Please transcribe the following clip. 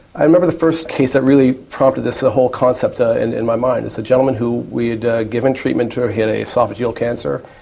i remember the first case that really prompted this, the whole concept ah in my mind, is a gentleman who we had given treatment to, ah he had oesophageal cancer,